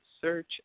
search